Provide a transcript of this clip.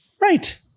right